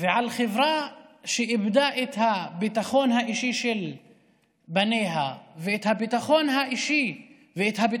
ועל חברה שאיבדה את הביטחון האישי של בניה ואת הביטחון המשפחתי